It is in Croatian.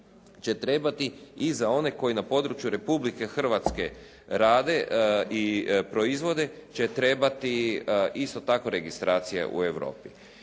će trebati i za one koji na području Republike Hrvatske rade i proizvode će trebati isto tako registracija u Europi.